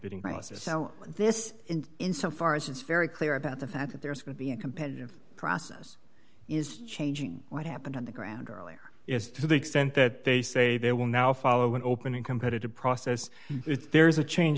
bidding process this in so far as it's very clear about the fact that there's going to be a competitive process is changing what happened on the ground earlier is to the extent that they say they will now follow an opening competitive process if there is a cha